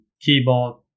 keyboard